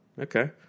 Okay